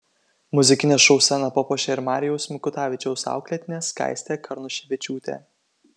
muzikinio šou sceną papuošė ir marijaus mikutavičiaus auklėtinė skaistė karnuševičiūtė